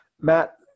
Matt